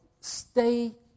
stay